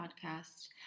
podcast